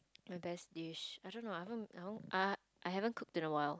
my best dish I don't know I haven't uh I haven't cooked in a while